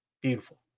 Beautiful